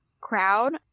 crowd